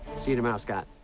see you tomorrow, scott.